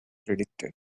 predicted